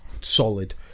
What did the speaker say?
solid